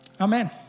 Amen